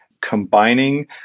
combining